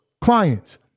clients